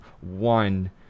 one